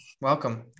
Welcome